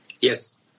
Yes